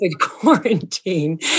quarantine